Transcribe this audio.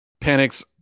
panics